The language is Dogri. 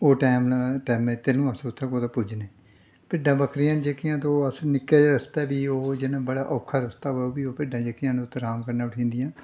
ओह् टैम न टैमे तैह्ल्लूं अस उत्थै कुतै पुज्जने भिड्डां बक्करियां न जेह्कियां ते ओह् अस निक्के रस्तै बी ओह् जिन्ना बड़ा औखा रस्ता होऐ ओह् बी ओह् भिड्डां जेह्कियां न उत्थै अराम कन्नै उठी जंदियां